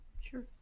Sure